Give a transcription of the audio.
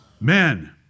Men